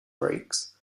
brakes